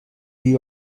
you